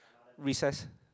recess